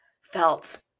felt